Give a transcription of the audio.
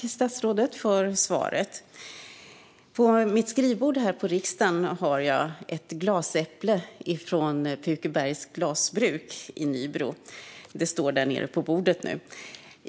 Fru talman! Tack, statsrådet, för svaret! På mitt skrivbord här på riksdagen har jag ett glasäpple från Pukebergs glasbruk i Nybro - det står på mitt bord här i kammaren nu.